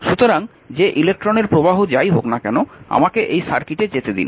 সুতরাং যে ইলেকট্রনের প্রবাহ যাই হোক না কেন আমাকে এই সার্কিটে যেতে দিন